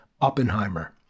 Oppenheimer